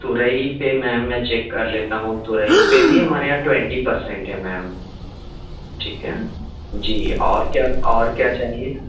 تورئی پہ میم میں چیک کر لیتا ہوں تورئی پہ بھی ہمارے یہاں ٹوینٹی پرسینٹ ہے میم ٹھیک ہے جی اور کیا اور کیا چاہیے